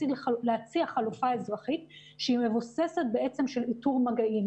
להציע חלופה אזרחית שמבוססת על איתור מגעים.